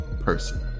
person